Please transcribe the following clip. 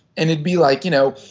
and it'd be, like, you know,